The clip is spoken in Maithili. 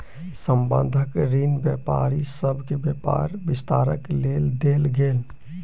संबंद्ध ऋण व्यापारी सभ के व्यापार विस्तारक लेल देल गेल